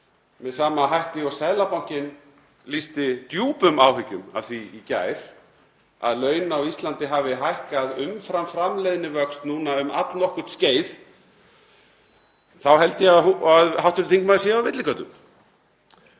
með sama hætti og Seðlabankinn, sem lýsti djúpum áhyggjum af því í gær að laun á Íslandi hafi hækkað umfram framleiðnivöxt núna um allnokkurt skeið, þá held ég að hv. þingmaður sé á villigötum.